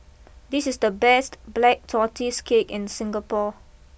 this is the best Black Tortoise Cake in Singapore